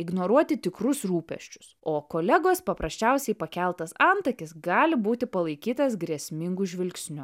ignoruoti tikrus rūpesčius o kolegos paprasčiausiai pakeltas antakis gali būti palaikytas grėsmingu žvilgsniu